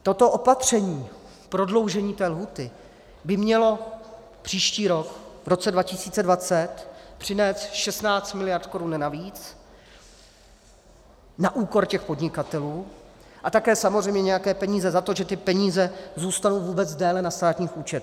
Toto opatření prodloužení lhůty by mělo příští rok, v roce 2020, přinést 16 miliard korun navíc na úkor podnikatelů a také samozřejmě nějaké peníze za to, že peníze zůstanou vůbec déle na státních účtech.